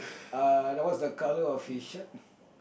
uh then what's the colour of his shirt